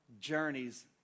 journeys